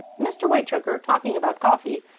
mr. whitechoker, talking about coffee,